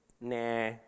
Nah